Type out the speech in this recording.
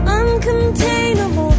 uncontainable